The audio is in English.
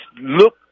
look